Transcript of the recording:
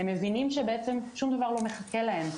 הם מבינים ששום דבר לא מחכה להם.